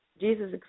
Jesus